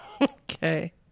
okay